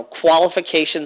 qualifications